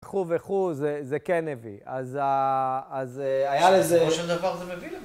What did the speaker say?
וכו' וכו' זה כן הביא, אז היה לזה... -בסופו של דבר זה מביא ל...